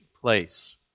place